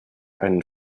einen